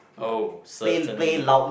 oh certainly